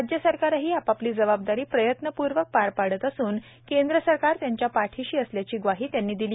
राज्य सरकारंही आपापली जबाबदारी प्रयत्नपूर्वक पार पाडत असून केंद्र सरकार त्यांच्या पाठीशी असल्याची ग्वाही त्यांनी दिली